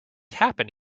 happen